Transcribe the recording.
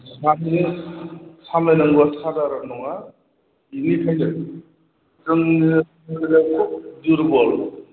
subject सामलायनांगौआ सादार'न नङा बेनिखायनो जोंनि फरायसाफोरा दुरबल